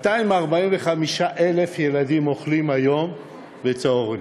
245,000 ילדים אוכלים כיום בצהרונים.